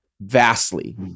vastly